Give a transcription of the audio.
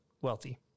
wealthy